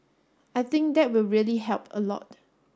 I think that will really help a lot